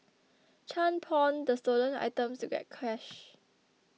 Chan pawned the stolen items to get cash